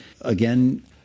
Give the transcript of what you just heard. Again